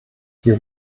die